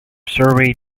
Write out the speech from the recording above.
survey